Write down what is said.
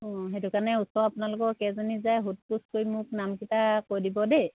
অঁ সেইটো কাৰণে ওচৰৰ আপোনালোকৰ কেইজনী যায় সোধ পোছ কৰি মোক নামকেইটা কৈ দিব দেই